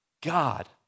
God